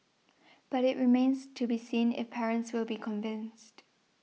but it remains to be seen if parents will be convinced